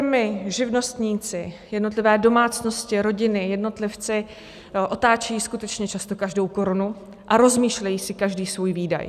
Firmy, živnostníci, jednotlivé domácnosti, rodiny, jednotlivci otáčejí skutečně často každou korunu a rozmýšlejí si každý svůj výdaj.